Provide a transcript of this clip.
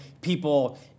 people